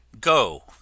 Go